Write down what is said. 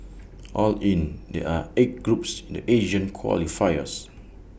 all in there are eight groups in the Asian qualifiers